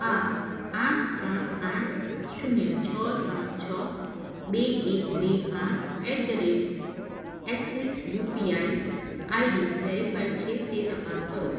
આ આઠ ત્રણ આઠ શૂન્ય છ ત્રણ છ બે એક બે આઠ at the rate Axis UPI ID verified છે તે તપાસ કરો